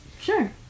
Sure